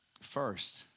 first